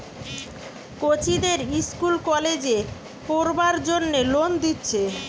কচিদের ইস্কুল কলেজে পোড়বার জন্যে লোন দিচ্ছে